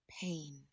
pain